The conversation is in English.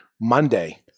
monday